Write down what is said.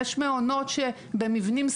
יש מעונות שבמבנים שכורים,